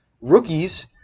rookies